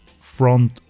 front